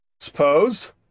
Suppose